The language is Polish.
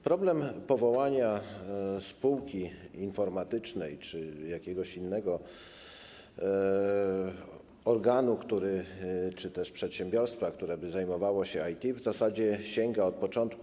Problem powołania spółki informatycznej czy jakiegoś innego organu czy też przedsiębiorstwa, które by zajmowało się IT, w zasadzie sięga początku.